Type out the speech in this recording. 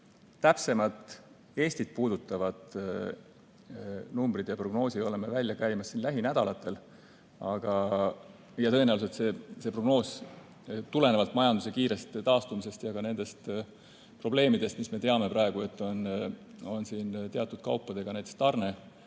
täpsemad Eestit puudutavad numbrid ja prognoosi me oleme välja käimas siin lähinädalatel. Tõenäoliselt see prognoos tulenevalt majanduse kiirest taastumisest ja ka nendest probleemidest, mis meil praegu on siin teatud kaupadega tarneahelates,